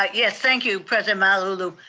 ah yes, thank you president malauulu.